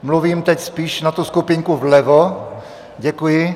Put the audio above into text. Mluvím teď spíš na tu skupinku vlevo, děkuji.